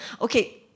Okay